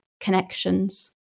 connections